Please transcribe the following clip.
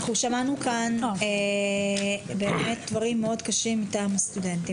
אנחנו שמענו כאן באמת דברים מאוד קשים מטעם הסטודנטים.